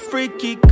Freaky